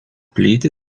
plyti